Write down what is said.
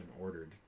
ordered